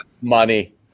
Money